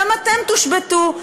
גם אתם תושבתו.